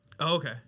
Okay